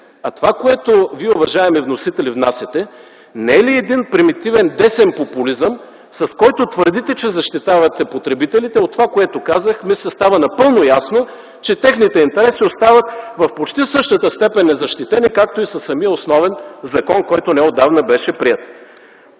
А това, което Вие, уважаеми вносители, внасяте, не е ли примитивен десен популизъм, с който твърдите, че защитавате потребителите? От това, което казах, мисля, става напълно ясно, че техните интереси остават в почти същата степен незащитени, както и със самия основен закон, който неотдавна беше приет.